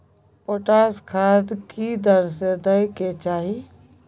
Potash खाद की दर से दै के चाही?